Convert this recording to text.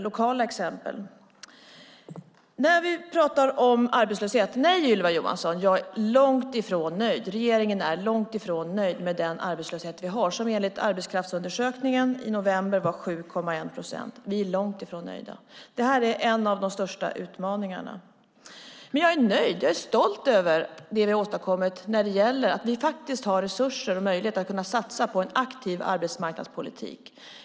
Nej, Ylva Johansson, i fråga om arbetslöshet är jag långt ifrån nöjd. Regeringen är långt ifrån nöjd med arbetslösheten, som enligt arbetskraftsundersökningen i november var 7,1 procent. Vi är långt ifrån nöjda. Det här är en av de största utmaningarna. Men jag är nöjd och stolt över det vi har åstadkommit i fråga om att vi faktiskt har resurser och möjlighet att satsa på en aktiv arbetsmarknadspolitik.